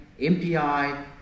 MPI